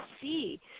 see